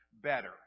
better